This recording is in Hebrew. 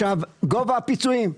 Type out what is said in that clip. גובה הפיצויים.